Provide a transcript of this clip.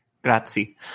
Grazie